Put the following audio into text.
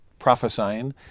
prophesying